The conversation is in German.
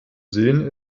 sehen